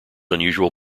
unusual